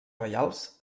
reials